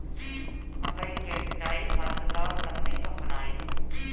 मकई के सिंचाई खातिर कवन तकनीक अपनाई?